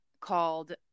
called